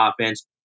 offense